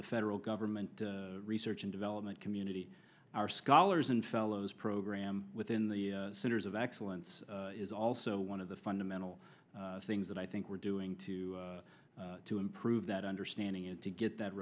the federal government research and development unity our scholars and fellows program within the centers of excellence is also one of the fundamental things that i think we're doing to to improve that understanding and to get that